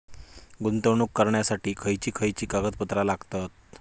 गुंतवणूक करण्यासाठी खयची खयची कागदपत्रा लागतात?